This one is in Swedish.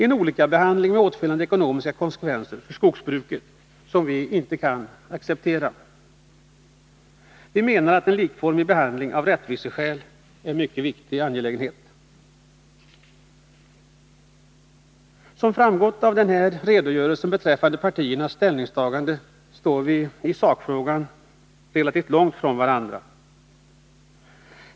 En olikabehandling med åtföljande ekonomiska konsekvenser för skogsbruket kan vi inte acceptera. Vi menar att en likformig behandling är mycket viktig av rättviseskäl. Som framgått av den här redogörelsen beträffande partiernas ställningstaganden står vi i sakfrågan relativt långt från varandra.